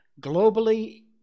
globally